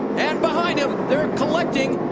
and behind him they are collecting.